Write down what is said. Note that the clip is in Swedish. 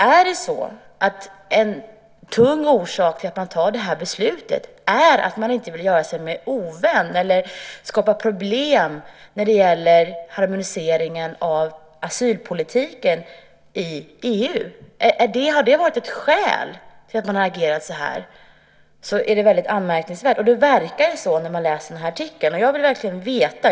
Är en tung orsak till att man tar det här beslutet att man inte vill göra sig ovän med någon eller skapa problem när det gäller harmoniseringen av asylpolitiken i EU? Om det har varit ett skäl till att man har agerat så här är det väldigt anmärkningsvärt. Och det verkar ju så när man läser den här artikeln. Jag vill verkligen veta.